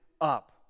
up